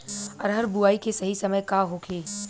अरहर बुआई के सही समय का होखे?